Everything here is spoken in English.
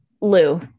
Lou